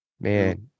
Man